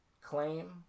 claim